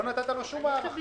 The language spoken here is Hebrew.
לא נתת לו שום הארכה.